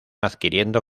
adquiriendo